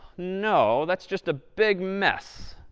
no, that's just a big mess,